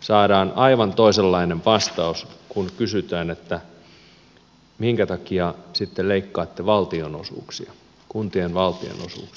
saadaan aivan toisenlainen vastaus kun kysytään minkä takia sitten leikkaatte kuntien valtionosuuksia